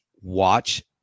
watch